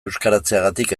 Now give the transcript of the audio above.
euskaratzeagatik